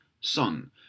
son